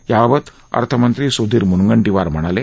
याबाबत अर्थमंत्री सुधीर मुनंगटीवार म्हणाले